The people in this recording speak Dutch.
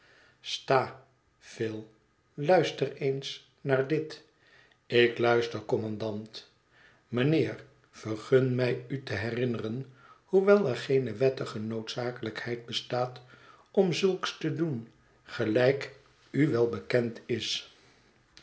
sta phil luister eens naar dit ik luister kommandant mijnheer vergun mij u te herinneren hoewel er geene wettige noodzakelijkheid bestaat om zulks te doen gelijk u wel bekend is